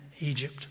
Egypt